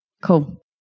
Cool